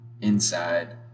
inside